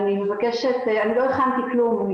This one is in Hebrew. לא הכנתי כלום,